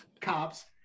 cops